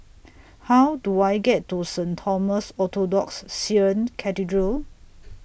How Do I get to Saint Thomas Orthodox Syrian Cathedral